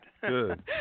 Good